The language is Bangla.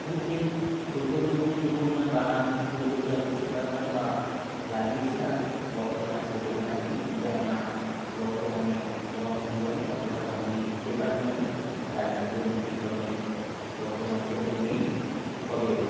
পূর্বে শৈশব জীবনে যে পরিমাণ বাগান পরিচর্যা করতে পারতাম বা লাগিয়েছিলাম বর্তমানে সে পরিমাণ নেই কেননা বর্তমানে কর্মজীবনে অতটা সময় দিতে পারিনি আমি যার জন্য সেই ধরনের বর্তমানে সেরকম নেই তবে